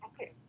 Okay